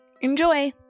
Enjoy